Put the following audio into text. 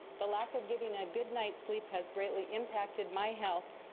the lack of getting a good night's sleep has greatly impacted my health,